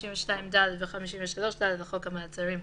52(ד) ו-53(ד) לחוק המעצרים,